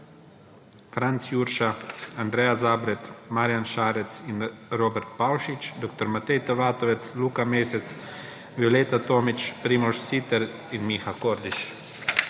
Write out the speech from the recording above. Franc Jurša, Andreja Zabret, Robert Pavšič, dr. Matej T. Vatovec, Luka Mesec, Violeta Tomić, Primož Siter in Miha Kordiš.